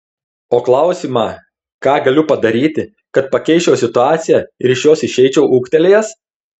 o klausimą ką galiu padaryti kad pakeisčiau situaciją ir iš jos išeičiau ūgtelėjęs